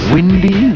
Windy